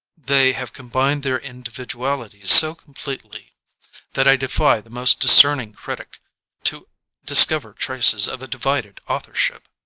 they have combined their individualities so completely that i defy the most discerning critic to discover traces of a divided authorship.